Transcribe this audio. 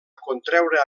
contreure